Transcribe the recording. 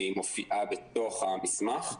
והיא מופיעה בתוך המסמך.